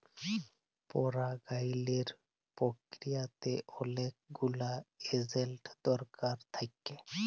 পরাগায়লের পক্রিয়াতে অলেক গুলা এজেল্ট দরকার থ্যাকে